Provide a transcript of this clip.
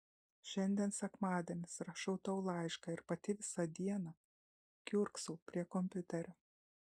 šiandien sekmadienis rašau tau laišką ir pati visą dieną kiurksau prie kompiuterio